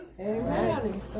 Amen